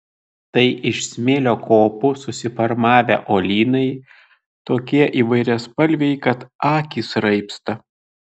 tai iš smėlio kopų susiformavę uolynai tokie įvairiaspalviai kad akys raibsta